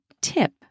tip